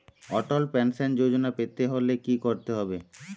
অটল pension Yojana পেতে হলে কি করতে হবে?